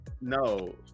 No